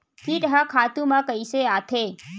कीट ह खातु म कइसे आथे?